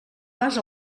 vas